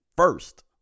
first